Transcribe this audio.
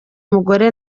umugore